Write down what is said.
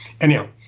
Anyhow